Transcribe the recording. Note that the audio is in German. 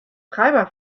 treiber